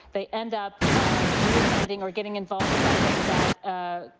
they end up ah reoffending or getting involved with something that